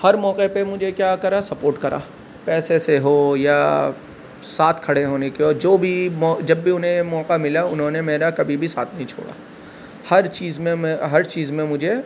ہر موقع پہ مجھے کیا کرا سپورٹ کرا پیسے سے ہو یا ساتھ کھڑے ہونے کا جو بھی مو جب بھی انہیں موقعہ ملا انہوں نے میرا کبھی بھی ساتھ نہیں چھوڑا ہر چیز میں ہر چیز میں مجھے